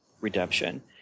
redemption